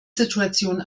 situation